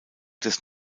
des